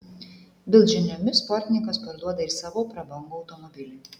bild žiniomis sportininkas parduoda ir savo prabangų automobilį